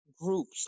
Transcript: groups